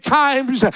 times